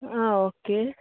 okay